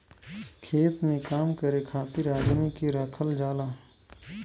खेत में काम करे खातिर आदमी के राखल जाला